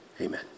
amen